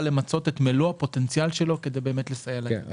למצות את מלוא הפוטנציאל שלו כדי לסייע לילדים.